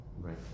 Right